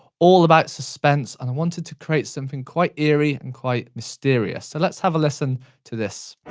all about suspense and i wanted to create something quite eerie and quite mysterious. so let's have a listen to this.